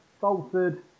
Salford